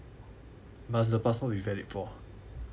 must the passport be valid for